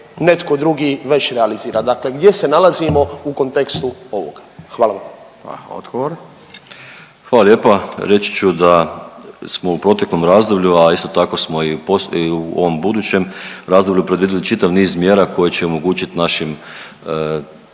netko drugi već realizira, dakle gdje se nalazimo u kontekstu ovoga? Hvala vam. **Radin, Furio (Nezavisni)** Odgovor. **Tušek, Zdravko** Hvala lijepa. Reći ću da smo u proteklom razdoblju, a isto tako smo i u ovom budućem razdoblju predvidjeli čitav niz mjera koje će omogućit našim